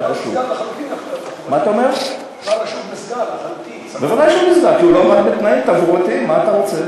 כל השוק נסגר לחלוטין, מה אתה אומר?